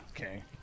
okay